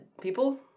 people